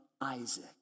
Isaac